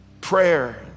Prayer